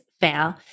fail